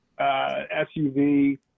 SUV